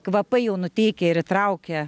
kvapai jau nuteikia ir įtraukia